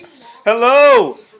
Hello